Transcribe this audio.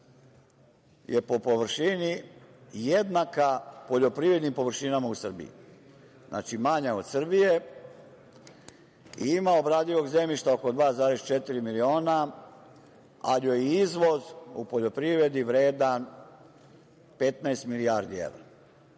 je po površini jednaka poljoprivrednim površinama u Srbiji, znači, manja od Srbije i ima obradivog zemljišta oko 2,4 miliona, ali joj je izvoz u poljoprivredi vredan 15 milijardi evra,